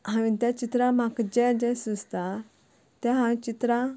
हांवें तें चित्रांत म्हाका जें जें सुचता तें हांवें चित्रांत